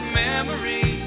memory